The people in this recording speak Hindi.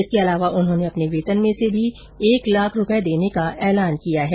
इसके अलावा उन्होंने अपने वेतन में से भी एक लाख रूपये देने का ऐलान किया है